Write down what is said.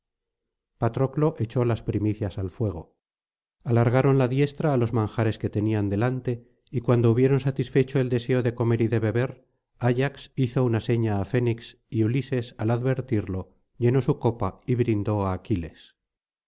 patroclo echó las primicias al fuego alargaron la diestra á los manjares que tenían delante y cuando hubieron satisfecho el deseo de comer y de beber ayax hizo una seña á fénix y ulises al advertirlo llenó su copa y brindó á aquiles